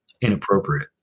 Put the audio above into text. Inappropriate